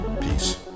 Peace